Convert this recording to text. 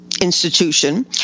institution